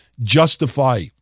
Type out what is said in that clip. justify